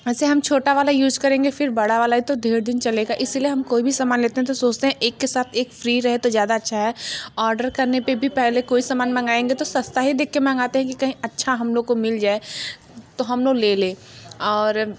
ऐसे हम छोटा वाला यूज़ करेंगे फिर बड़ा वाला है तो ढेर दिन चलेगा इसलिए हम कोई भी सामान लेते हैं तो सोचते हैं एक के साथ एक फ़्री रहे तो ज़्यादा अच्छा है ऑर्डर करने पर भी पेहले कोई समान मंगाएँगे तो सस्ता ही देख कर मंगाते हैं कि कहीं अच्छा हम लोग को मिल जाए तो हम लोग ले ले और